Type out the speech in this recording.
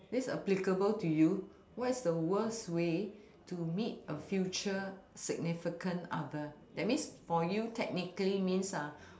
this applicable to you what is the worst way to meet a future significant other that means for you technically means ah